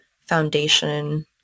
foundation